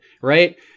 right